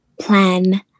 plan